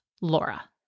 Laura